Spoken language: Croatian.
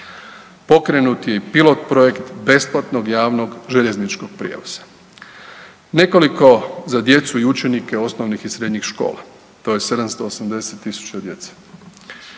Pokrenut je i plot projekt besplatnog javnog željezničkog prijevoza. Nekoliko za djecu i učenike osnovnih i srednjih škola, to je 780.000 djece.